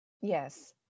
yes